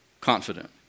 confident